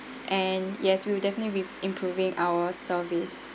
and yes we'll definitely be improving our service